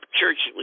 church